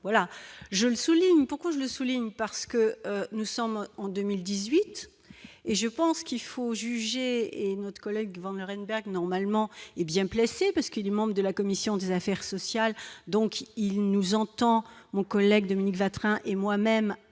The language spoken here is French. voilà, je le souligne, pourquoi je le souligne, parce que nous sommes en 2018 et je pense qu'il faut juger et notre collègue Vanlerenberghe normalement et bien placé, parce qu'il est membre de la commission des affaires sociales, donc il nous entend, mon collègue Dominique Vatrin et moi-même